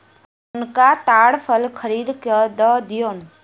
हुनका ताड़ फल खरीद के दअ दियौन